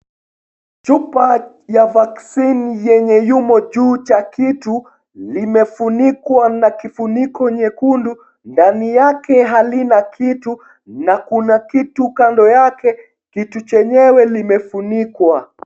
Chupa ya vaccine yenye yumo juu cha kitu, limefunikwa na kifuniko nyekundu, ndani yake halina kitu. Na kuna kitu kando yake. Kitu chenyewe limefunikwa.